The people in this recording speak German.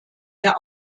der